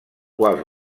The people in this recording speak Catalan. quals